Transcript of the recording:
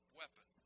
weapon